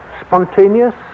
spontaneous